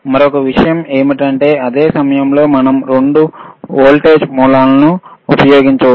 మరొక విషయం ఏమిటంటే అదే సమయంలో మనం 2 వోల్టేజ్ మూలాలను ఉపయోగించవచ్చు